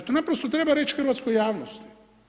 To naprosto treba reći hrvatskoj javnosti.